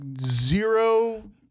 Zero